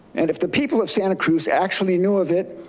and if the people of santa cruz actually knew of it,